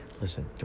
Listen